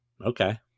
Okay